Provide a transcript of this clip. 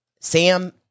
Sam